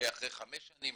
אחרי חמש שנים,